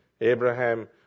Abraham